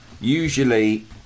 usually